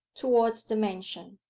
towards the mansion.